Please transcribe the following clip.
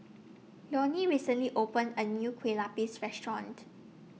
Leone recently opened A New Kueh Lupis Restaurant